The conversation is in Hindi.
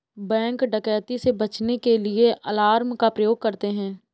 बैंक डकैती से बचने के लिए अलार्म का प्रयोग करते है